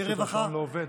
השעון לא עובד.